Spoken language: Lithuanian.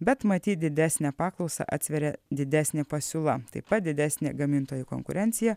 bet matyt didesnę paklausą atsveria didesnė pasiūla taip pat didesnė gamintojų konkurencija